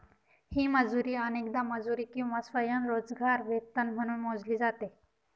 ही मजुरी अनेकदा मजुरी किंवा स्वयंरोजगार वेतन म्हणून मोजली जाते